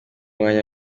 mwanya